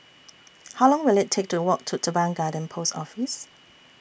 How Long Will IT Take to Walk to Teban Garden Post Office